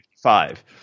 five